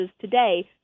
today